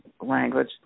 language